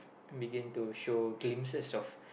begin to show glimpses of